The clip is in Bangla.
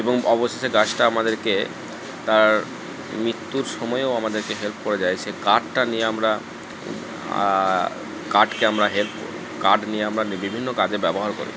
এবং অবশেষে গাছটা আমাদেরকে তার মৃত্যুর সময়ও আমাদেরকে হেল্প করে দেয় সেই কাঠটা নিয়ে আমরা কাঠকে আমরা হেল্প কাঠ নিয়ে আমরা বিভিন্ন কাজে ব্যবহার করি